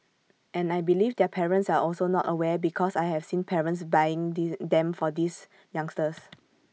and I believe their parents are also not aware because I have seen parents buying them for these youngsters